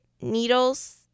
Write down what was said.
needles